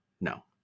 no